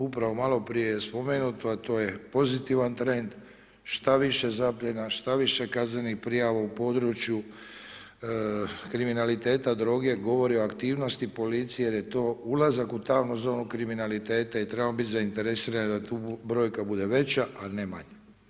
Upravo maloprije je spomenuto, a to je pozitivan trend, šta više zapiljena, šta više kaznenih prijava u području kriminaliteta droge, govori o aktivnosti policije, jer je to ulazak u tamnu zonu kriminaliteta i trebamo biti zainteresirani da tu brojka bude veća a ne manja.